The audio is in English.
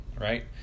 right